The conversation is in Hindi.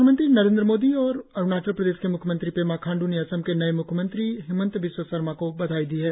प्रधानमंत्री नरेंद्र मोदी और अरुणाचल प्रदेश के म्ख्यमंत्री पेमा खांड् ने असम के नए म्ख्यमंत्री हिमंत विश्व शर्मा को बधाई दी है